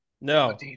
No